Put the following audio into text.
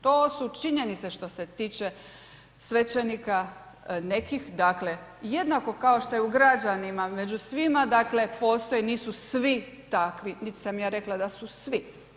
To su činjenice što se toče svećenika nekih, dakle, jednako kao što je u građanima, među svima, dakle, postoji, nisu svi takvi, niti sam ja rekla da su svi.